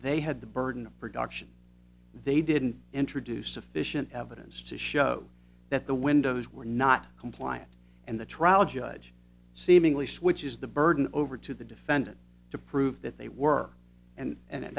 they had the burden of production they didn't introduce sufficient evidence to show that the windows were not compliant and the trial judge seemingly switches the burden over to the defendant to prove that they were and and